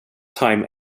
time